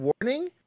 warning